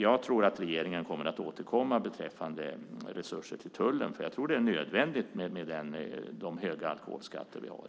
Jag tror att regeringen kommer att återkomma beträffande resurser till tullen. Det är nödvändigt med de höga alkoholskatter vi har.